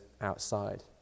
outside